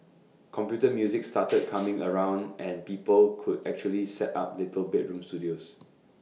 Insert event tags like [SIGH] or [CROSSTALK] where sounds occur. computer music started [NOISE] coming around and people could actually set up little bedroom studios